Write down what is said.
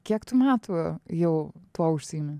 kiek tu metų jau tuo užsiimi